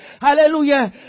Hallelujah